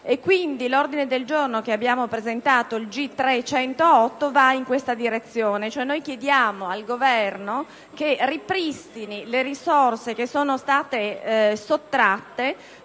l'ordine del giorno che abbiamo presentato, il G3.108, va in questa direzione. Chiediamo al Governo che ripristini risorse che sono state sottratte,